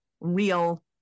real